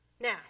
Now